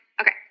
Okay